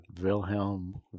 Wilhelm